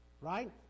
right